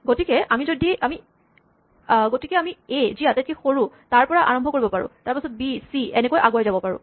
গতিকে আমি এ যি আটাইতকে সৰু তাৰ পৰা আৰম্ভ কৰিব পাৰো তাৰপাচত বি চি এনেকৈ আগুৱাই যাব পাৰো